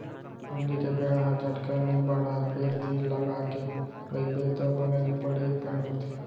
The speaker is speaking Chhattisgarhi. अमली के पेड़ हर झटकन नइ बाढ़य फेर धीर लगाके रइबे तौ बनेच बड़े पेड़ होथे